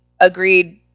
agreed